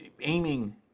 aiming